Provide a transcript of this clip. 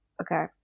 okay